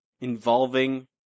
involving